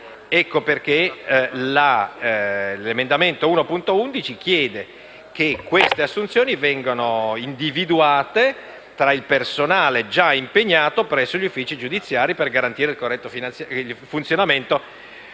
Ecco perché l'emendamento 1.11 chiede che queste assunzioni vengano individuate «fra il personale già impegnato presso gli uffici giudiziari italiani per garantire il corretto funzionamento